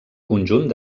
conjunt